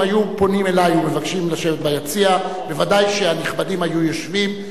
אם היו פונים אלי ומבקשים לשבת ביציע ודאי שהנכבדים היו יושבים.